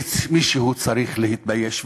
מישהו צריך להתבייש.